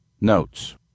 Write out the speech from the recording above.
Notes